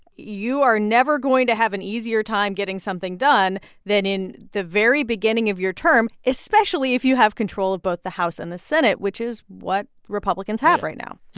you are never going to have an easier time getting something done than in the very beginning of your term, especially if you have control of both the house and the senate, which is what republicans have right now